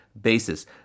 basis